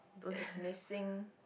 it's missing